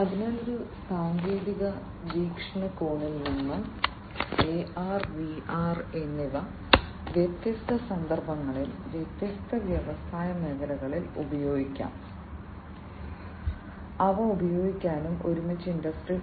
അതിനാൽ ഒരു സാങ്കേതിക വീക്ഷണകോണിൽ നിന്ന് AR VR എന്നിവ വ്യത്യസ്ത സന്ദർഭങ്ങളിൽ വ്യത്യസ്ത വ്യവസായ മേഖലകളിൽ ഉപയോഗിക്കാം അവ ഉപയോഗിക്കാനും ഒരുമിച്ച് ഇൻഡസ്ടറി 4